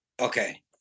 Okay